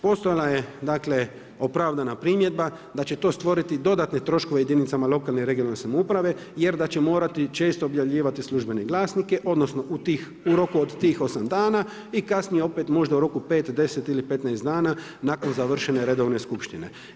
Postojala je dakle opravdana primjedba da će to stvori dodatne troškove jedinicama lokalne i regionalne samouprave, jer da će morati često objavljivati službene glasnike odnosno u roku od tih 8 dana i kasnije opet možda u roku 5, 10 ili 15 dana nakon završene redovne skupštine.